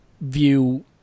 view